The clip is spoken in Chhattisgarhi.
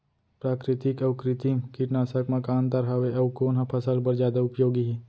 प्राकृतिक अऊ कृत्रिम कीटनाशक मा का अन्तर हावे अऊ कोन ह फसल बर जादा उपयोगी हे?